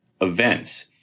events